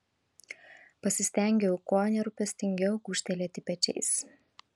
pasistengiau kuo nerūpestingiau gūžtelėti pečiais